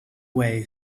way